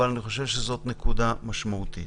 אבל אני חושב שזאת נקודה משמעותית.